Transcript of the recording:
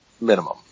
minimum